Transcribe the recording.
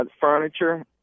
furniture